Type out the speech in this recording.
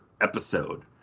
episode